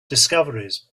discoveries